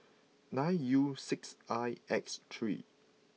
nine U six I X three